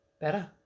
better